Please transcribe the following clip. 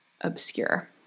obscure